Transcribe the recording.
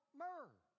myrrh